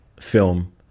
film